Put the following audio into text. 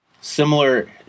similar